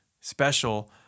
special –